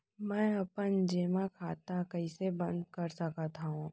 मै अपन जेमा खाता कइसे बन्द कर सकत हओं?